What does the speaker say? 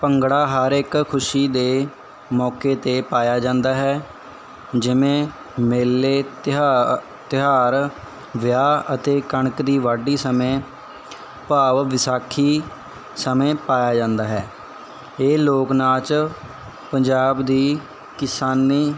ਭੰਗੜਾ ਹਰ ਇੱਕ ਖੁਸ਼ੀ ਦੇ ਮੌਕੇ 'ਤੇ ਪਾਇਆ ਜਾਂਦਾ ਹੈ ਜਿਵੇਂ ਮੇਲੇ ਤਿਹਾ ਤਿਉਹਾਰ ਵਿਆਹ ਅਤੇ ਕਣਕ ਦੀ ਵਾਢੀ ਸਮੇਂ ਭਾਵ ਵਿਸਾਖੀ ਸਮੇਂ ਪਾਇਆ ਜਾਂਦਾ ਹੈ ਇਹ ਲੋਕ ਨਾਚ ਪੰਜਾਬ ਦੀ ਕਿਸਾਨੀ